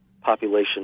population